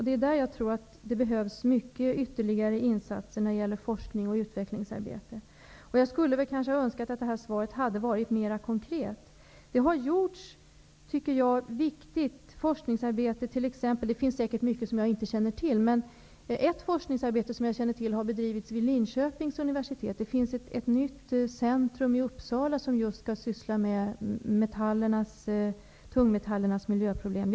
Där tror jag att det behövs mycket ytterligare insatser när det gäller forskning och utvecklingsarbete. Jag skulle kanske ha önskat att det här svaret hade varit mer konkret. Det har gjorts viktigt forskningsarbete -- det finns säkert mycket på det här området som jag inte känner till, men ett forskningsarbete som jag känner till har bedrivits vid Linköpings universitet. Det finns ett nytt centrum i Uppsala som skall syssla med just tungmetallernas miljöproblem.